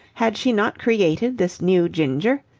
had she not created this new ginger?